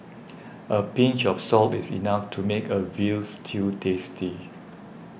a pinch of salt is enough to make a Veal Stew tasty